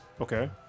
Okay